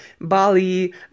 Bali